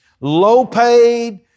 low-paid